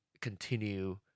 continue